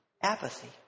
apathy